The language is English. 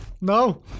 No